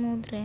ᱢᱩᱫᱽ ᱨᱮ